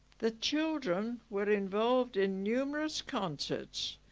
the children were involved in numerous concerts.